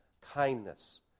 kindness